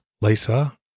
Lisa